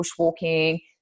bushwalking